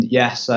yes